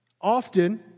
Often